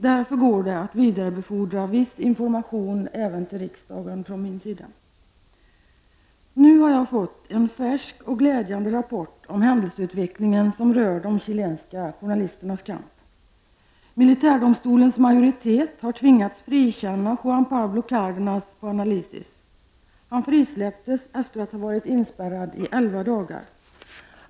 Därför är det för mig möjligt att vidarebefordra viss information även till riksdagen. Nu har jag fått en färsk och glädjande rapport om händelseutvecklingen som rör de chilenska journalisternas kamp. Militärdomstolens majoritet har tvingats frikänna Juan Pablo Cárdenas på Análisis. Han frisläpptes efter att ha varit inspärrad i elva dagar.